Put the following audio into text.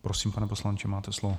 Prosím, pane poslanče, máte slovo.